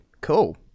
cool